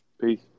Peace